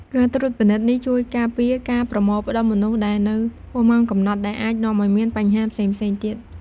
ការត្រួតពិនិត្យនេះជួយការពារការប្រមូលផ្តុំមនុស្សដែលនៅហួសម៉ោងកំណត់ ដែលអាចនាំឱ្យមានបញ្ហាផ្សេងៗទៀត។